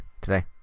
today